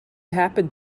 happened